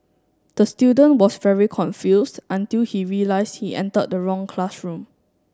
the student was very confused until he realised he entered the wrong classroom